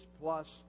plus